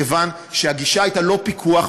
כיוון שהגישה הייתה לא פיקוח,